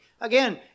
Again